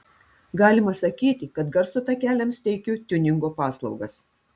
galima sakyti kad garso takeliams teikiu tiuningo paslaugas